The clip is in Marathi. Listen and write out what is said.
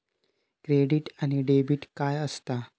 क्रेडिट आणि डेबिट काय असता?